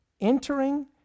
Entering